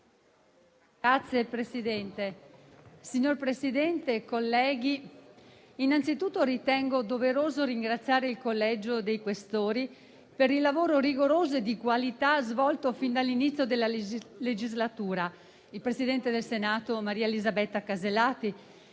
Signor Presidente, onorevoli colleghi, innanzitutto ritengo doveroso ringraziare il Collegio dei Questori, per il lavoro rigoroso e di qualità svolto fin dall'inizio della legislatura; il Presidente del Senato, Maria Elisabetta Alberti